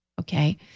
okay